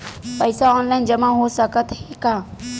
पईसा ऑनलाइन जमा हो साकत हे का?